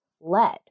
lead